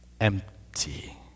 empty